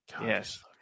Yes